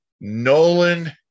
Nolan